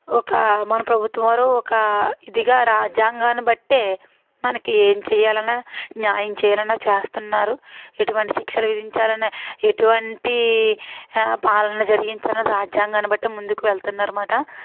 ఒక మన ప్రభుత్వం వారు ఒక ఇదిగా రాజ్యాంగాన్ని బట్టే మనకి ఏం చేయాలన్నా న్యాయం చేయాలన్నా చేస్తున్నారు ఎటువంటి శిక్షలు విధించాలన్న ఎటువంటి పాలనలు జరిగించాలన్న రాజ్యాంగాన్ని బట్టే ముందుకు వెళుతున్నారన్నమాట